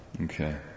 Okay